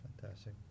fantastic